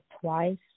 twice